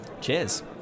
Cheers